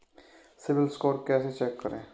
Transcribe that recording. CIBIL score कैसे check करें?